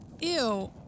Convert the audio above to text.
ew